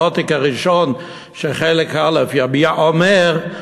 העותק הראשון של חלק א' של "יביע אומר",